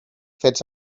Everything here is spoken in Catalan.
fets